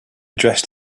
dressed